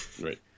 Right